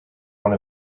one